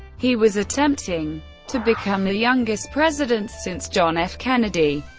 he was attempting to become the youngest president since john f. kennedy.